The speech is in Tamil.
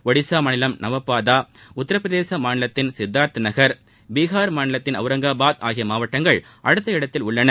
ஒடிசா மாநிலம் நுவபாதா உத்தரப்பிரதேச மாநிலத்தின் சித்தார்த் நகர் பீஹார் மாநிலத்தின் ஒளரங்காபாத் ஆகிய மாவட்டங்கள் அடுத்த இடத்தில் உள்ளன